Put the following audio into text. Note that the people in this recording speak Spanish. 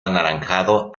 anaranjado